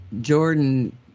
Jordan